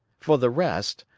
for the rest,